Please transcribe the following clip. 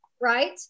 Right